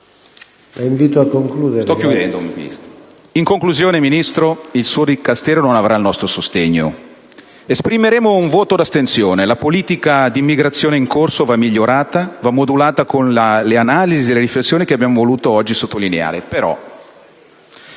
In conclusione, Ministro, il suo Dicastero non avrà il nostro sostegno. Esprimeremo un voto di astensione. La politica di immigrazione in corso va migliorata, va modulata con le analisi e le riflessioni che abbiamo voluto oggi sottolineare,